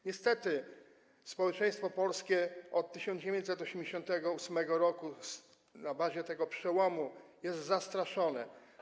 Niestety społeczeństwo polskie od 1988 r. na bazie tego przełomu jest zastraszone.